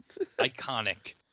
Iconic